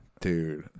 Dude